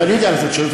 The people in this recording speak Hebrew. ואני יודע לתת שירות,